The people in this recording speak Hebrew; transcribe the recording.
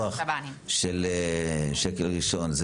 הביטוח של שקל ראשון,